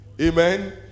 Amen